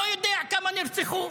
לא יודע כמה נרצחו.